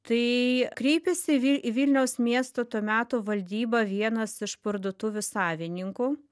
tai kreipėsi į vi vilniaus miesto to meto valdybą vienas iš parduotuvių savininkų